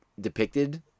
depicted